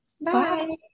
Bye